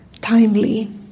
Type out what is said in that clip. timely